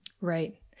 Right